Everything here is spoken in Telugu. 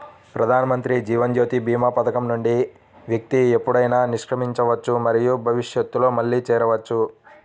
ప్రధానమంత్రి జీవన్ జ్యోతి భీమా పథకం నుండి వ్యక్తి ఎప్పుడైనా నిష్క్రమించవచ్చు మరియు భవిష్యత్తులో మళ్లీ చేరవచ్చు